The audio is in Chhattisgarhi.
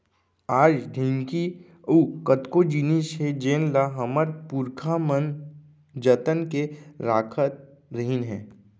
आज ढेंकी अउ कतको जिनिस हे जेन ल हमर पुरखा मन जतन के राखत रहिन हे